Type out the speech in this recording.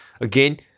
again